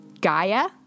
Gaia